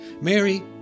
Mary